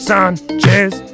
Sanchez